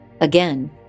Again